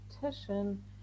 competition